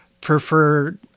prefer